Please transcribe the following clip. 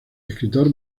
escritor